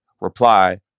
reply